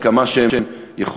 עד כמה שהם יכולים,